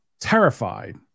terrified